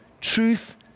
truth